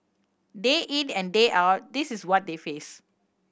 day in and day out this is what they face